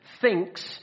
thinks